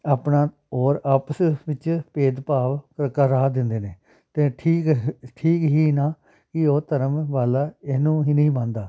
ਆਪਣਾ ਔਰ ਆਪਸ ਵਿੱਚ ਭੇਦ ਭਾਵ ਕ ਕਰਾ ਦਿੰਦੇ ਨੇ ਅਤੇ ਠੀਕ ਠੀਕ ਹੀ ਨਾ ਕਿ ਉਹ ਧਰਮ ਵਾਲਾ ਇਹਨੂੰ ਹੀ ਨਹੀਂ ਮੰਨਦਾ